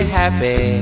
happy